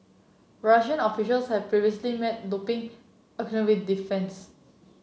Russian officials have previously met doping occur with defiance